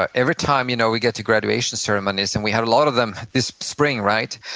ah every time you know we get to graduation ceremonies, and we had a lot of them this spring, right,